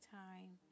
time